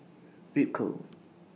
Ripcurl